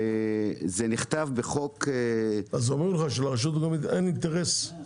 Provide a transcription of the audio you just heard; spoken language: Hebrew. אז אומרים לך שלרשות המקומית אין אינטרס לפתוח פתח.